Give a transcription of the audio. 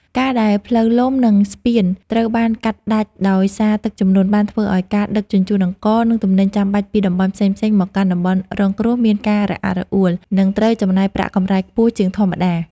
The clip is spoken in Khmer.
ការដែលផ្លូវលំ និងស្ពានត្រូវបានកាត់ដាច់ដោយសារទឹកជន់ បានធ្វើឱ្យការដឹកជញ្ជូនអង្ករ និងទំនិញចាំបាច់ពីតំបន់ផ្សេងៗមកកាន់តំបន់រងគ្រោះមានការរអាក់រអួល និងត្រូវចំណាយប្រាក់កម្រៃខ្ពស់ជាងធម្មតា។